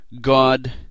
God